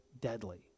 deadly